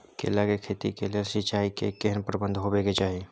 केला के खेती के लेल सिंचाई के केहेन प्रबंध होबय के चाही?